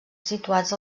situats